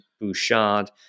Bouchard